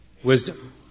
Wisdom